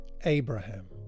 Abraham